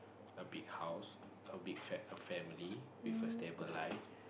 a big house a big fa~ family with a stable life